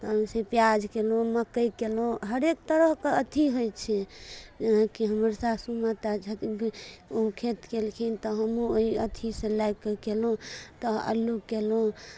तहनसँ प्याज कयलहुँ मक्कइ कयलहुँ हरेक तरहके अथि होइ छै जेनाकि हमर सासू माता छथिन ओ खेत केलखिन तऽ हमहूँ ओहि अथिसँ लागि कऽ कयलहुँ तऽ अल्लू कयलहुँ